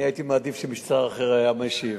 שכולם חייבים להיות מושפלים,